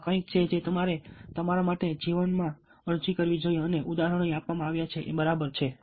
આ કંઈક છે જે તમારે તમારા માટે અરજી કરવી જોઈએ અને ઉદાહરણો અહીં આપવામાં આવ્યા છે એ બરાબર છે